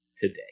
today